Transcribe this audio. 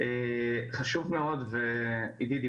חשוב מאוד ועידית,